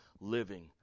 living